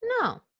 No